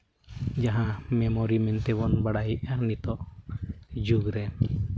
ᱡᱟᱦᱟᱸ ᱢᱮᱢᱳᱨᱤ ᱢᱮᱱᱛᱮᱵᱚᱱ ᱵᱟᱲᱟᱭᱮᱫᱼᱟ ᱱᱤᱛᱳᱜ ᱡᱩᱜᱽ ᱨᱮ